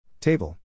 Table